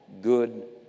good